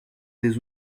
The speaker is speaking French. des